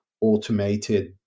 automated